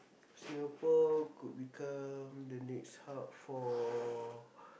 Singapore could become the next hub for